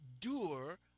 doer